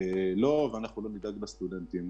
אנחנו לא נדאג לסטודנטים.